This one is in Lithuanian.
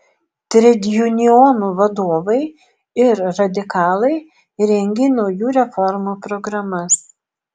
tredjunionų vadovai ir radikalai rengė naujų reformų programas